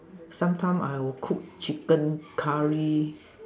sometime I will cook chicken curry